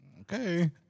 okay